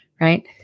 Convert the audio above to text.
right